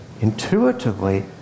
intuitively